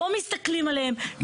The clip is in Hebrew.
לא מסתכלים עליהם,